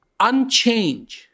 unchange